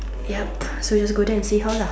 yup so you just go there and see how lah